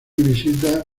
visita